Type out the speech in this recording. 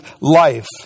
life